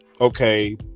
okay